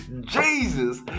Jesus